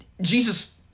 Jesus